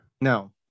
no